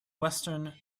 western